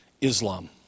Islam